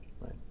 right